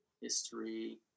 history